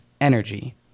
energy